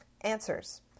Answers